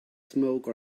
smoke